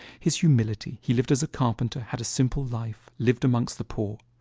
his humility he lived as a carpenter had a simple life lived amongst the poor.